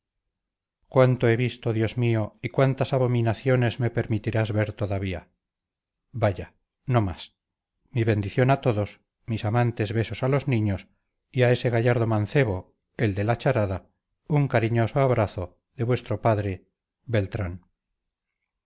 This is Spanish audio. cuánto he visto dios mío y cuántas abominaciones me permitirás ver todavía vaya no más mi bendición a todos mis amantes besos a los niños y a ese gallardo mancebo el de la charada un cariñoso abrazo de vuestro padre beltrán